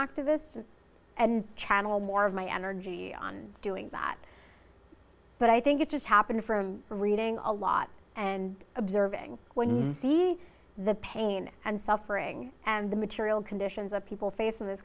activist and channel more of my energy on doing that but i think it does happen for reading a lot and observing when you see the pain and suffering and the material conditions of people face in this